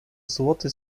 złoty